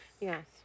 Yes